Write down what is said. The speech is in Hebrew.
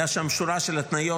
הייתה שם שורה של התניות,